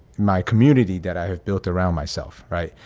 my community that i have built around myself. right.